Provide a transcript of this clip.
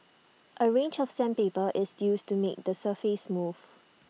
A range of sandpaper is used to make the surface smooth